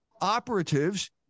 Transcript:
operatives